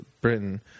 Britain